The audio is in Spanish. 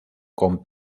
con